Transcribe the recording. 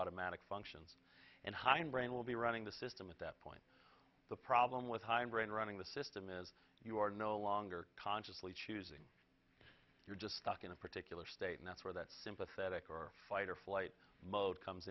automatic functions and hindbrain will be running the system at that point the problem with hindbrain running the system is you are no longer consciously choosing you're just stuck in a particular state and that's where that sympathetic or fight or flight mode comes